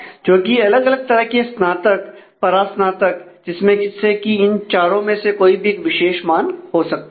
जोकि अलग अलग तरह के स्नातक परास्नातक जिसमें कि इन चारों में से कोई भी एक विशेष मान हो सकता है